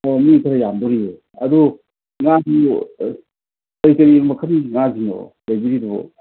ꯑꯣ ꯃꯤ ꯈꯔ ꯌꯥꯝꯗꯣꯔꯤꯌꯦ ꯑꯗꯨ ꯉꯥꯗꯨ ꯀꯩꯀꯩ ꯃꯈꯟꯒꯤ ꯉꯥꯁꯤꯡꯅꯣ ꯂꯩꯕꯤꯔꯤꯗꯨꯕꯣ